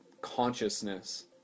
consciousness